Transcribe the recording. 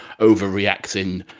overreacting